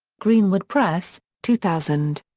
greenwood press, two thousand.